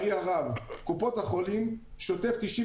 קופות החולים משלמות היום שוטף 93,